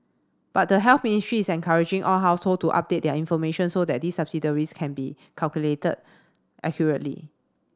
but the Health Ministry is encouraging all household to update their information so that these subsidiaries can be calculated accurately